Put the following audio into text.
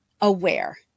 aware